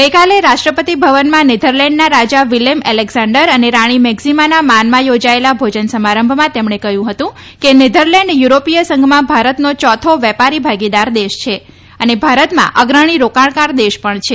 ગઇકાલે રાષ્ટ્રપતિ ભવનમાં નેધરલેન્ડનાં રાજા વિલેમ એલેકઝેન્ડર અને રાણી મેક્ઝિમાના માનમાં યોજાયેલા ભોજન સમારંભમાં તેમણે કહ્યું હતું કે નેધરલેન્ડ યુરોપીય સંઘમાં ભારતનો ચોથો વેપારી ભાગીદાર દેશ છે અને ભારતમાં અગ્રણી રોકાણદાર દેશ પણ છે